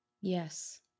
Yes